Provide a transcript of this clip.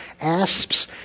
asps